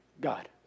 God